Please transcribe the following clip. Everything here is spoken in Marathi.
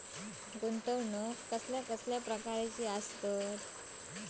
गुंतवणूक कसल्या कसल्या प्रकाराची असता?